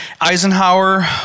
Eisenhower